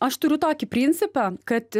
aš turiu tokį principą kad